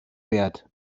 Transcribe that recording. wert